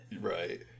Right